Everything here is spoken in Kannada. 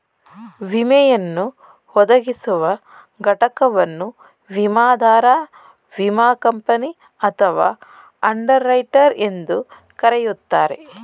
ವಿಮೆಯನ್ನು ಒದಗಿಸುವ ಘಟಕವನ್ನು ವಿಮಾದಾರ ವಿಮಾ ಕಂಪನಿ ಅಥವಾ ಅಂಡರ್ ರೈಟರ್ ಎಂದು ಕರೆಯುತ್ತಾರೆ